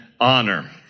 honor